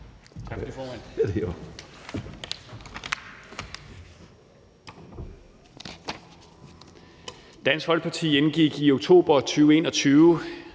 Dansk Folkeparti indgik i oktober 2021